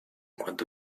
quanto